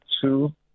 Two